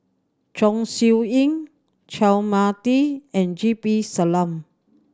Chong Siew Ying Chua Mia Tee and G P Selvam